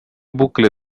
bucle